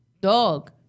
dog